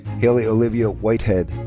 hailey olivia whitehead.